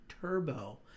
Turbo